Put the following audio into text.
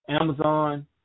Amazon